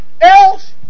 else